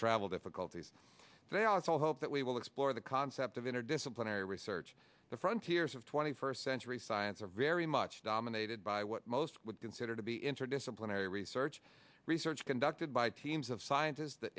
travel difficulties they also hope that we will explore the concept of interdisciplinary research the front tiers of twenty first century science are very much dominated by what most would consider to be interdisciplinary research research conducted by teams of scientists t